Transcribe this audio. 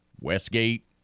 Westgate